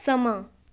ਸਮਾਂ